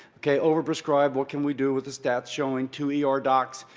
okay, overprescribed. what can we do with the stats showing two e r. docs?